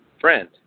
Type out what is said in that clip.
Friend